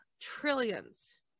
trillions